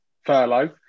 furlough